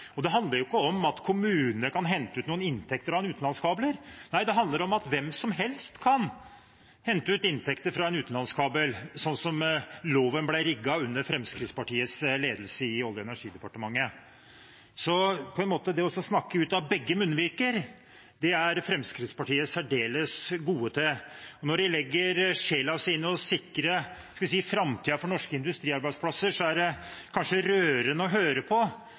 Det handler ikke om at kommunene kan hente ut noen inntekter av en utenlandskabel – nei, det handler om at hvem som helst kan hente ut inntekter fra en utenlandskabel, sånn som loven ble rigget under Fremskrittspartiets ledelse i Olje- og energidepartementet. Så det å snakke ut av begge munnviker er Fremskrittspartiet særdeles gode til. Når de legger sjelen sin i å sikre framtiden for norske industriarbeidsplasser, er det kanskje rørende å høre på,